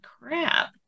crap